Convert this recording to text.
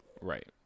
Right